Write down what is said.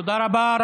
תודה רבה.